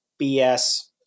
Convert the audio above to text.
BS